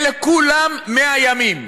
אלה כולם 100 ימים.